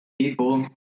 people